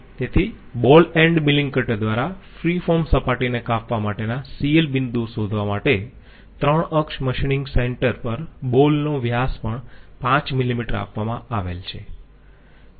તેથી ball end milling cutter દ્વારા free form સપાટીને કાપવા માટેના CL બિંદુઓ શોધવા માટે 3 અક્ષ મશિનિંગ સેન્ટર પર બોલનો વ્યાસ પણ 5 મિલીમીટર આપવામાં આવેલ છે